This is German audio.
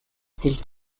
zielt